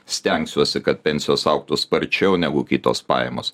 stengsiuosi kad pensijos augtų sparčiau negu kitos pajamos